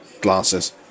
glasses